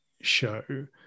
show